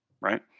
right